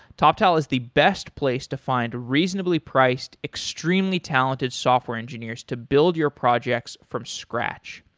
toptal is the best place to find reasonably priced extremely talented software engineers to build your projects from scratch.